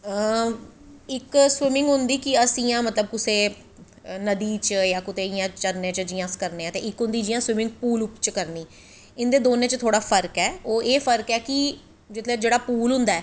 इक स्विमिंग होंदी कि अस मतलव कुसै गी नदी दी चरणों जां अस कुदै करनें आं ते इक होंदी जियां स्विमिंग पूल च करनी इंदे दोनें च थोह्ड़ा फर्क ऐ ओह् एह् फर्क ऐ कि जेह्ड़ा पूल होंदा ऐ